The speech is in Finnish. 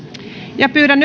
pyydän